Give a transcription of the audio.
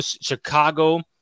Chicago